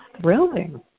thrilling